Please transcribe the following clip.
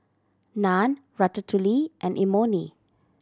Naan Ratatouille and Imoni